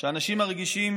שאנשים הרגישים